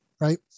right